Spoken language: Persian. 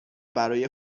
برای